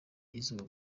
izuba